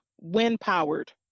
wind-powered